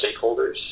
stakeholders